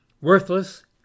Worthless